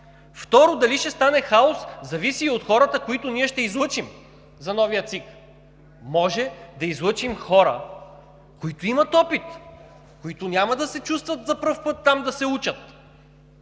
Второ, дали ще стане хаос, зависи и от хората, които ние ще излъчим за новия ЦИК. Може да излъчим хора, които имат опит, които няма да се чувстват за първи път там, за да се учат.